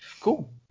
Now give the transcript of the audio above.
Cool